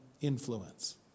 influence